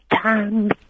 time